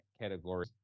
category